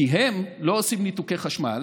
כי הם לא עושים ניתוקי חשמל.